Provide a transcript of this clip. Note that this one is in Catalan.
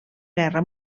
guerra